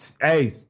hey